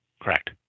correct